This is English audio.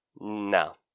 No